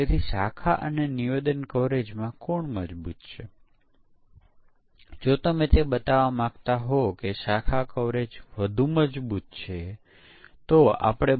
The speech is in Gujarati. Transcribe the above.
આપણે સમકક્ષ વર્ગોમાં ઇનપુટ ડોમેનનું વિભાજન કરીએ છીએ